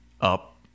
up